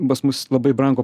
pas mus labai brango